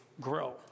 grow